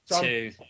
Two